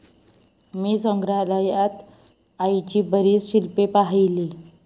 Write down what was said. मी संग्रहालयात आईची बरीच शिल्पे पाहिली